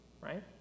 right